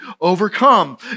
overcome